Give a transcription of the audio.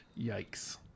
Yikes